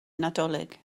nadolig